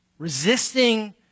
resisting